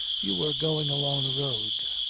you were going along the road.